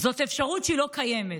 אפשרות שהיא לא קיימת,